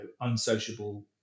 unsociable